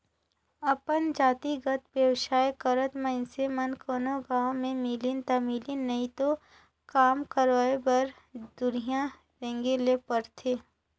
अपन जातिगत बेवसाय करत मइनसे मन कोनो गाँव में मिलिन ता मिलिन नई तो काम करवाय बर दुरिहां रेंगें ले परथे